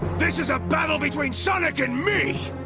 this is a battle between sonic and me!